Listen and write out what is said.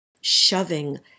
shoving